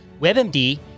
WebMD